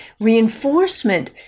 reinforcement